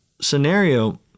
scenario